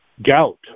Gout